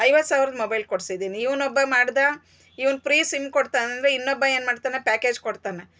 ಐವತ್ತು ಸಾವ್ರದ್ ಮೊಬೈಲ್ ಕೊಡ್ಸಿದ್ದೀನಿ ಇವ್ನ್ ಒಬ್ಬ ಮಾಡ್ದ ಇವ್ನ್ ಫ್ರೀ ಸಿಮ್ ಕೊಡ್ತಾನೆ ಅಂದ್ರೆ ಇನ್ನೊಬ್ಬ ಏನ್ ಮಾಡ್ತಾನೆ ಪ್ಯಾಕೆಜ್ ಕೊಡ್ತಾನೆ